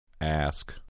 Ask